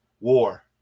war